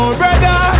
brother